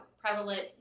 prevalent